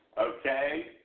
okay